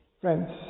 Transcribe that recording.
Friends